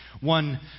one